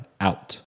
out